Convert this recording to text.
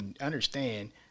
understand